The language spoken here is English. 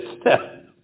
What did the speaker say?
step